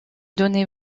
données